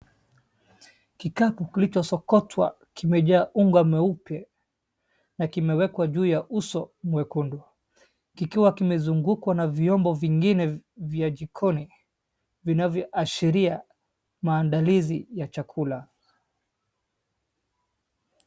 Kikapu kilichosokotwa kimejaa unga mweupe na kimewekwa juu ya uso mwekundu kikiwa kimezungukwa na vyombo vingine vya jikoni vinavyoashiria maandalizi ya chakula.